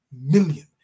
million